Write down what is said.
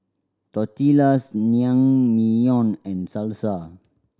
Tortillas Naengmyeon and Salsa